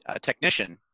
technician